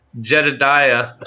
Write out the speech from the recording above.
Jedediah